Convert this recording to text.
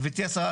גב' השרה,